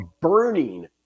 burning